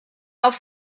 auf